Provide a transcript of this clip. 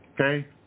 okay